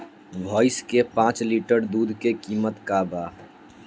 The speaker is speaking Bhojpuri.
भईस के पांच लीटर दुध के कीमत का बा?